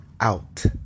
out